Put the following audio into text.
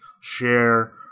share